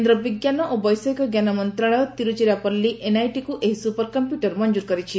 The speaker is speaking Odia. କେନ୍ଦ୍ର ବିଜ୍ଞାନ ଓ ବୈଷୟିକ ଞ୍ଜାନ ମନ୍ତ୍ରଶାଳୟ ତିରୁଚିରାପଲ୍ଲୀ ଏନ୍ଆଇଟିକୁ ଏହି ସୁପର କମ୍ପ୍ୟୁଟର ମଫ୍ଟୁର କରିଛି